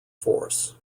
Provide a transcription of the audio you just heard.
force